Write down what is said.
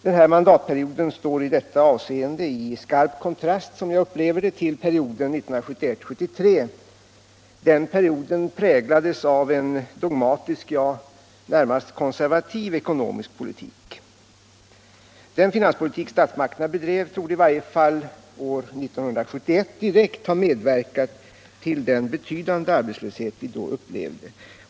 Som jag upplever det står denna mandatperiod i detta avseende i skarp kontrast till perioden 1971-1973. Den perioden präglades av en dogmatisk — ja, närmast konservativ ekonomisk politik. Den finanspolitik statsmakterna bedrev torde i varje fall år 1971 ha direkt medverkat till den betydande arbetslöshet som vi då hade.